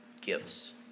gifts